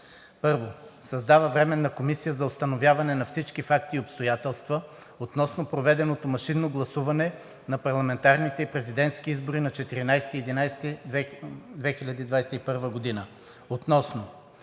1. Създава Временна комисия за установяване на всички факти и обстоятелства относно проведеното машинно гласуване на парламентарните и президентски избори на 14 ноември 2021 г. относно: